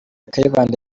kayibanda